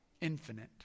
infinite